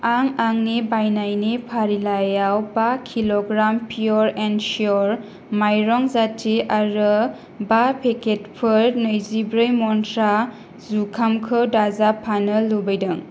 आं आंनि बायनायनि फारिलाइयाव बा किल'ग्राम पिय'र एन्ड शिय'र माइरं जाथि आरो बा पेकेटफोर नैजिब्रै मन्ट्रा जुखामखौ दाजाबफानो लुबैदों